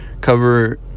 cover